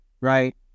right